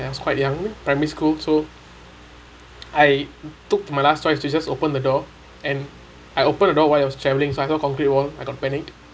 and I was quite young primary school so I took my last choice to just open the door and I open the door while it was travelling so I saw concreate wall I was panic